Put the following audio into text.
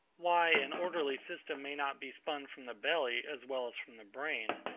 why an orderly system may not be spun from the belly as well as from the brain,